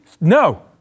no